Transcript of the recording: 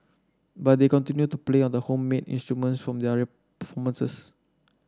but they continue to play on the homemade instruments for their performances